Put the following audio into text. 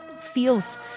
feels